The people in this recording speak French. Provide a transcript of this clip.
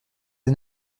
des